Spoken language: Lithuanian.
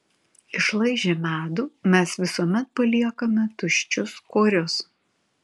išlaižę medų mes visuomet paliekame tuščius korius